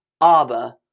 Abba